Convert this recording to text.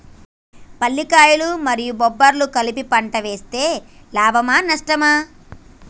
పల్లికాయలు మరియు బబ్బర్లు కలిపి పంట వేస్తే లాభమా? నష్టమా?